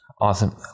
Awesome